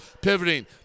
Pivoting